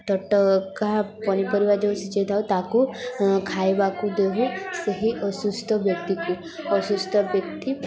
ତଟକା ପନପରିବା ଯେଉଁ ସିଝାଇ ଥାଉ ତାକୁ ଖାଇବାକୁ ଦେଉ ସେହି ଅସୁସ୍ଥ ବ୍ୟକ୍ତିକୁ ଅସୁସ୍ଥ ବ୍ୟକ୍ତି